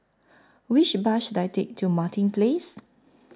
Which Bus should I Take to Martin Place